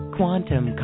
Quantum